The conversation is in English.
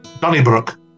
Donnybrook